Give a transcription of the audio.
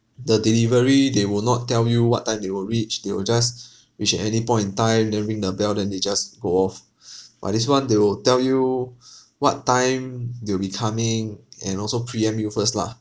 the delivery they will not tell you what time they will reach they will just reach any point in time then ring the bell then they just go off but this one they will tell you what time they'll be coming and also preamp you first lah